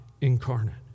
incarnate